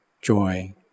joy